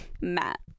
matt